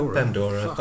Pandora